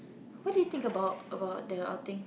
what do you think about about the outing